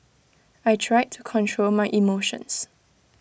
I tried to control my emotions